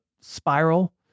spiral